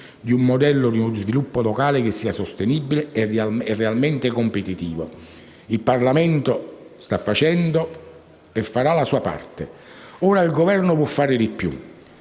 di un modello di sviluppo locale che sia sostenibile e realmente competitivo. Il Parlamento sta facendo e farà la sua parte, ma ora il Governo può fare di più,